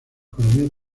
economía